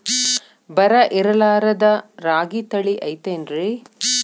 ಬರ ಇರಲಾರದ್ ರಾಗಿ ತಳಿ ಐತೇನ್ರಿ?